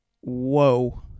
Whoa